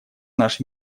наш